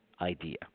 idea